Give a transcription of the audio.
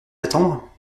attendre